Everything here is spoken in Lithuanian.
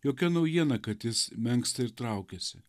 jokia naujiena kad jis menksta ir traukiasi